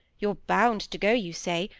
you're bound to go, you say,